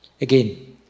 Again